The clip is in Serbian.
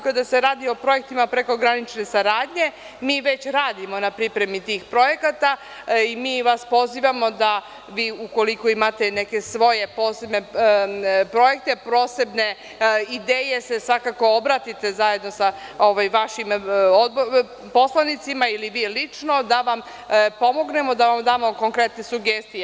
Kada se radi o projektima prekogranične saradnje, mi već radimo na pripremi tih projekata i mi vas pozivamo, ukoliko imate neke svoje posebne projekte, posebne ideje, da se svakako obratite zajedno sa vašim poslanicima ili vi lično i da vam pomognemo, da vam damo konkretne sugestije.